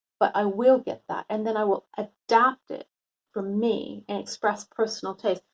but i will get that and then i will adapt it for me and express personal taste.